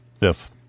Yes